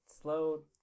slow